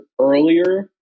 earlier